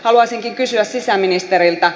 haluaisinkin kysyä sisäministeriltä